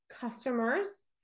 customers